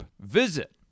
Visit